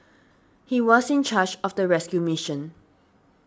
he was in charge of the rescue mission